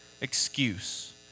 excuse